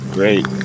Great